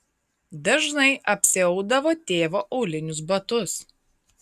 dažnai apsiaudavo tėvo aulinius batus